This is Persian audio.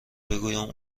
بگویم